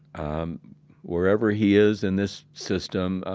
um wherever he is in this system,